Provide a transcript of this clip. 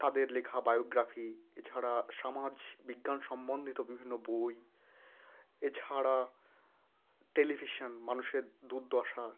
তাদের লেখা বায়োগ্রাফি এছাড়া সামাজ বিজ্ঞান সম্বন্ধিত বিভিন্ন বই এছাড়া টেলিভিশন মানুষের দুর্দশা